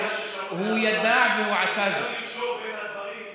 אז תעשו את העבודה שלכם, תדאגו לבעלי העסקים,